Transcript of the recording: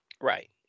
Right